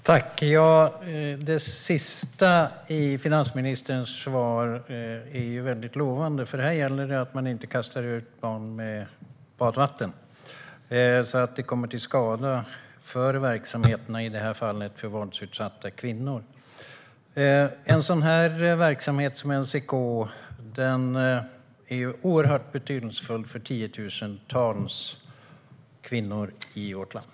Herr talman! Det sista i finansministerns svar är mycket lovande, eftersom det här gäller att man inte kastar ut barnet med badvattnet. Verksamheterna för i detta fall våldsutsatta kvinnor får inte komma till skada. En verksamhet som NCK är oerhört betydelsefull för tiotusentals kvinnor i vårt land.